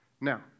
Now